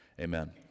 Amen